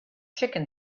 chicken